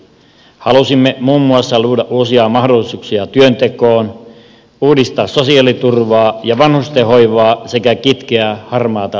halusimme muun muassa luoda uusia mahdollisuuksia työntekoon uudistaa sosiaaliturvaa ja vanhustenhoivaa sekä kitkeä harmaata taloutta